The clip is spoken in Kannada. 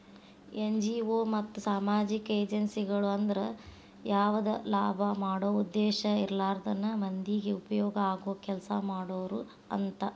ಎನ್.ಜಿ.ಒ ಮತ್ತ ಸಾಮಾಜಿಕ ಏಜೆನ್ಸಿಗಳು ಅಂದ್ರ ಯಾವದ ಲಾಭ ಮಾಡೋ ಉದ್ದೇಶ ಇರ್ಲಾರ್ದನ ಮಂದಿಗೆ ಉಪಯೋಗ ಆಗೋ ಕೆಲಸಾ ಮಾಡೋರು ಅಂತ